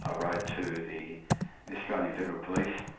i wrote to the australian federal police,